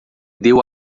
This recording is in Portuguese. deu